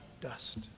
dust